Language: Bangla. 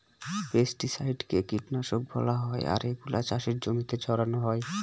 পেস্টিসাইডকে কীটনাশক বলা হয় আর এগুলা চাষের জমিতে ছড়ানো হয়